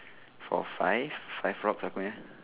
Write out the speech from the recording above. four five five rocks aku nya